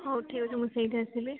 ହଉ ଠିକ୍ ଅଛି ମୁଁ ସେଇଠି ଆସିବି